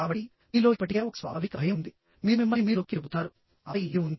కాబట్టి మీలో ఇప్పటికే ఒక స్వాభావిక భయం ఉంది మీరు మిమ్మల్ని మీరు నొక్కి చెబుతున్నారు ఆపై ఇది ఉంది